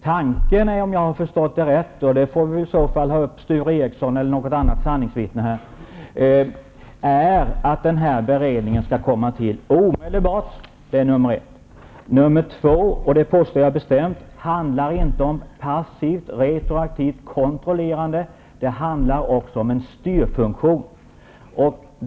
Tanken är, om jag har förstått rätt, det får vi väl höra av Sture Ericson eller något annat sanningsvittne, att beredningen skall tillsättas omedelbart. Jag påstår bestämt att det inte skall handla om passivt, retroaktivt kontrollerande, utan beredningen skall utgöra en styrfunktion.